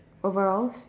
overalls